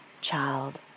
child